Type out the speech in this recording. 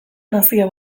nazio